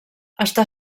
està